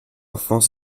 enfants